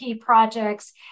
projects